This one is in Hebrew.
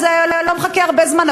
אז זה לא מחכה הרבה זמן,